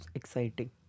exciting